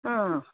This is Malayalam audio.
ആ